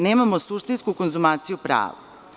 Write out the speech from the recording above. Nemamo suštinsku konzumaciju prava.